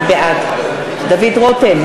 בעד דוד רותם,